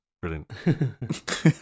Brilliant